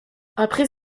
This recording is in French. après